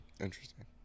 interesting